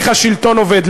איך השלטון עובד,